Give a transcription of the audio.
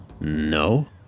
No